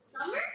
Summer